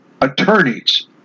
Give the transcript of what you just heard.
attorneys